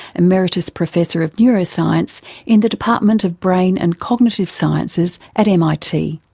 emeritus professor of neuroscience in the department of brain and cognitive sciences at mit.